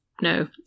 No